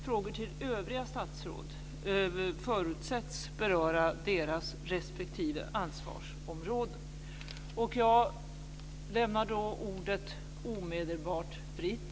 Frågor till övriga statsråd förutsätts beröra deras respektive ansvarsområde. Jag lämnar ordet fritt.